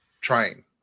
trying